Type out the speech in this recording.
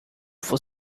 for